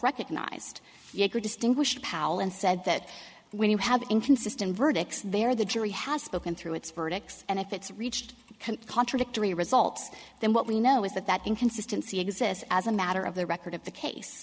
recognized distinguished powell and said that when you have inconsistent verdicts there the jury has spoken through its verdict and if it's reached contradictory results then what we know is that that inconsistency exists as a matter of the record of the case